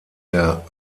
der